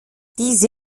diese